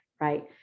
right